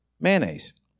mayonnaise